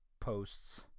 posts